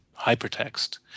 hypertext